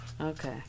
Okay